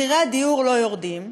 מחירי הדיור לא יורדים,